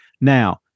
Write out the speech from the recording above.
Now